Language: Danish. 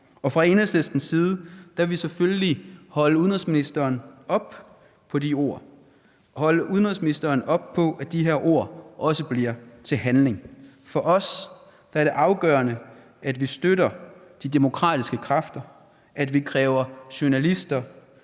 Fra Enhedslistens side vil vi selvfølgelig holde udenrigsministeren op på de ord, holde udenrigsministeren op på, at de her ord også bliver til handling. For os er det afgørende, at vi støtter de demokratiske kræfter, at vi kræver journalister